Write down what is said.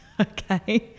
Okay